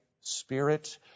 spirit